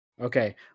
Okay